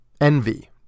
Envy